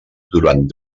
durant